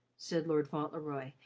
said lord fauntleroy,